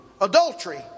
adultery